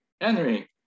Henry